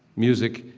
music,